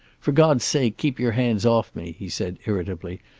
for god's sake keep your hands off me, he said irritably.